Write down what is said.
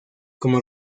como